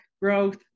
Growth